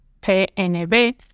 PNB